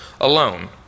alone